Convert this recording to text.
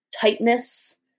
tightness